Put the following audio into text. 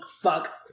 fuck